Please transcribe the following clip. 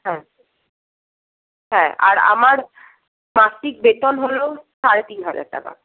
হ্যাঁ হ্যাঁ আর আমার মাসিক বেতন হল সাড়ে তিন হাজার টাকা